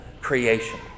creation